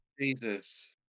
Jesus